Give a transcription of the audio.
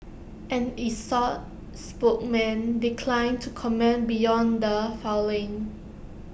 an exxon spokesman declined to comment beyond the filing